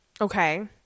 Okay